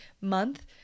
month